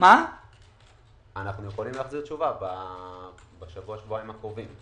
אנחנו יכולים להחזיר תשובה בשבוע שבועיים הקרובים.